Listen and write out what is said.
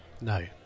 No